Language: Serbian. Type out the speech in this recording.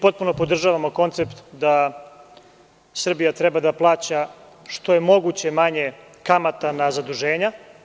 Potpuno podržavamo koncept da Srbija treba da plaća što je moguće manje kamata na zaduženja.